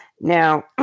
now